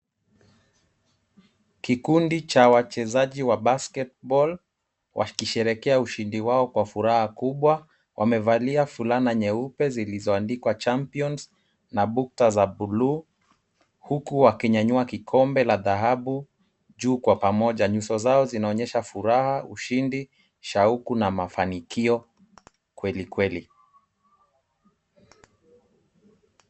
Kikundi cha wachezaji wa basketball wakisherehekea ushindi wao kwa furaha kubwa. Wamevalia fulana nyeupe zilizoandikwa champions na bukta za bluu huku wakinyanyua kikombe la dhahabu juu kwa pamoja. Nyuso zao zinaonyesha furaha, ushindi, shauku na mafanikio kweli kweli.